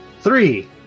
Three